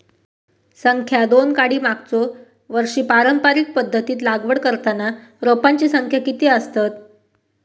संख्या दोन काडी मागचो वर्षी पारंपरिक पध्दतीत लागवड करताना रोपांची संख्या किती आसतत?